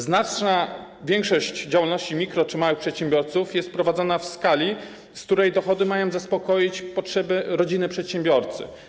Znaczna większość działalności mikro- czy małych przedsiębiorców jest prowadzona w skali, z której dochody mają zaspokoić potrzeby rodziny przedsiębiorcy.